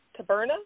Taberna